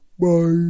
Bye